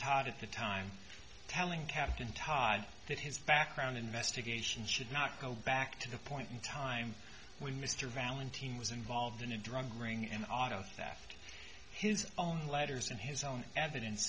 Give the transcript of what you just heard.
todd at the time telling captain todd that his background investigation should not go back to the point in time when mr valentino was involved in a drug ring and auto theft his own letters and his own evidence